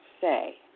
say